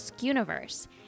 universe